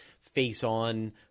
face-on